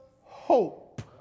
hope